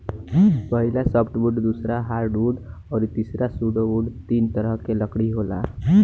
पहिला सॉफ्टवुड दूसरा हार्डवुड अउरी तीसरा सुडोवूड तीन तरह के लकड़ी होला